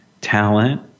talent